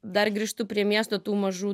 dar grįžtu prie miesto tų mažų